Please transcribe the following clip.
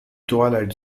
twilight